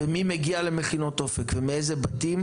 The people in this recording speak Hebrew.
ומי מגיע למכינות אופק ומאיזה בתים?